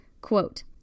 Quote